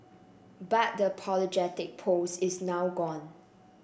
but the apologetic post is now gone